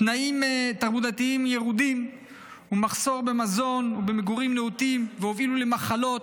תנאים תברואתיים ירודים ומחסור במזון ובמגורים נאותים שהובילו למחלות,